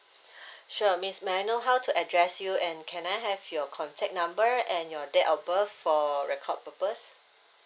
sure miss may I know how to address you and can I have your contact number and your date of birth for record purpose